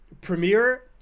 Premiere